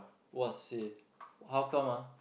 !wahseh! how come ah